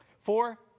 Four